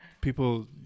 people